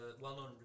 well-known